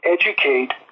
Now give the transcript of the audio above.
educate